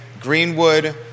Greenwood